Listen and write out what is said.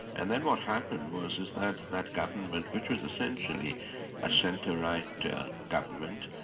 and then what happened was that that government which was essentially a centre-right yeah government,